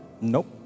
Nope